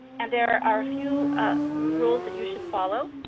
and there are a few rules that you should follow.